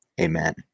amen